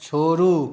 छोड़ू